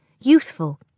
Youthful